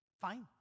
Fine